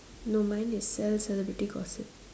no mine is sell celebrity gossip